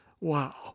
Wow